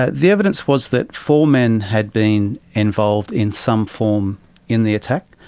ah the evidence was that four men had been involved in some form in the attack,